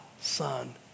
son